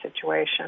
situation